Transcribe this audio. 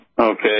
okay